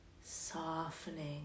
softening